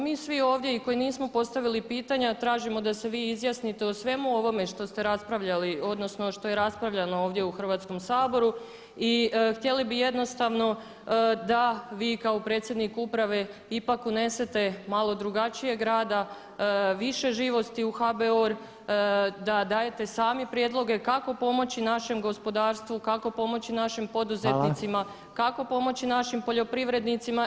Mi svi ovdje i koji nismo postavili pitanja tražimo da se vi izjasnite o svemu ovome što ste raspravljali, odnosno što je raspravljano ovdje u Hrvatskom saboru i htjeli bi jednostavno da vi kao predsjednik uprave ipak unesete malo drugačijeg rada, više živosti u HBOR, da dajete sami prijedloge kako pomoći našem gospodarstvu, kako pomoći našim poduzetnicima [[Upadica Reiner: Hvala.]] kako pomoći našim poljoprivrednicima.